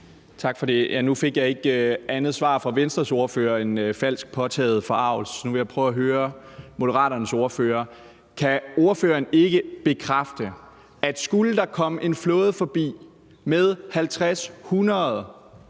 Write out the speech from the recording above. Nu fik jeg ikke andet svar fra Venstres ordfører end falsk, påtaget forargelse. Nu vil jeg prøve at høre Moderaternes ordfører, om ordføreren ikke kan bekræfte, at skulle der komme en flåde forbi med 50-100